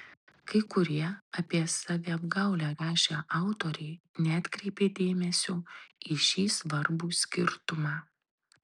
kai kurie apie saviapgaulę rašę autoriai neatkreipė dėmesio į šį svarbų skirtumą